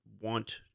want